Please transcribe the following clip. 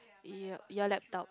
your your laptop